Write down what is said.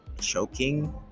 choking